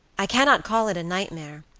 i cannot call it a nightmare,